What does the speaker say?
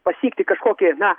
pasiekti kažkokį na